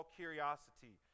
curiosity